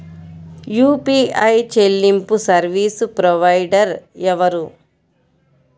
UPI చెల్లింపు service provider ఎవరు?